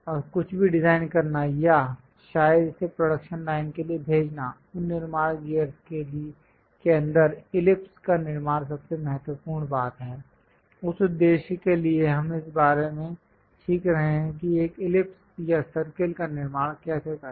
और कुछ भी डिजाइन करना या शायद इसे प्रोडक्शन लाइन के लिए भेजना उन निर्माण गियर्स के अंदर इलिप्स का निर्माण सबसे महत्वपूर्ण बात है उस उद्देश्य के लिए हम इस बारे में सीख रहे हैं कि एक इलिप्स या सर्कल का निर्माण कैसे करें